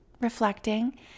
reflecting